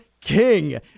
king